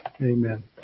Amen